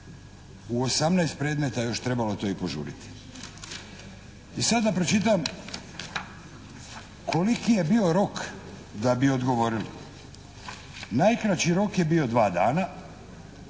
u 18 predmeta još trebalo to i požuriti. I sada da pročitam koliki je bio rok da bi odgovorili. Najkraći rok je bio dva dana